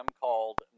called